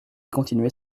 continuait